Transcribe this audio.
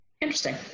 Interesting